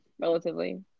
relatively